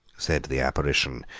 said the apparition,